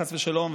חס ושלום,